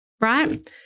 right